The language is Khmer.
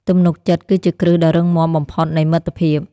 ទំនុកចិត្តគឺជាគ្រឹះដ៏រឹងមាំបំផុតនៃមិត្តភាព។